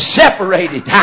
separated